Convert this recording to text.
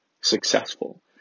successful